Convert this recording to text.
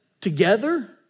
together